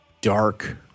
dark